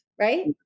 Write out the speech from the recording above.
right